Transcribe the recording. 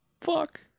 Fuck